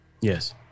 Yes